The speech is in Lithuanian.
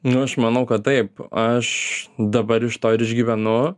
nu aš manau kad taip aš dabar iš to ir išgyvenu